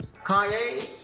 Kanye